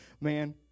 Man